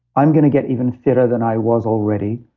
i'm going to get even fitter than i was already.